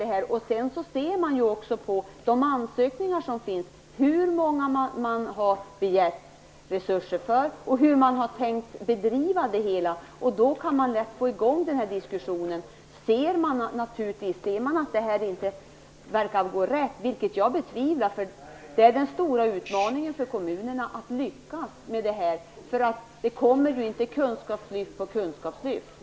Dessutom syns det också i de ansökningar som finns hur många man har begärt resurser för och hur man har tänkt bedriva det hela. Då är det lätt att få i gång en diskussion. Man ser om det här inte verkar gå bra, vilket jag betvivlar. Det är nämligen en stor utmaning för kommunerna att lyckas med det här. Det kommer ju inte kunskapslyft på kunskapslyft.